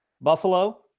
Buffalo